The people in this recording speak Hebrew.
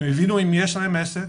הם הבינו עם מי יש להם עסק